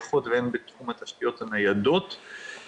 הן בתחום התשתיות הנייחות והן בתחום התשתיות הניידות.